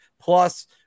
plus